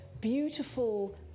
beautiful